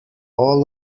all